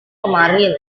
kemarin